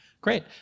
Great